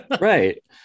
Right